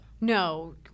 No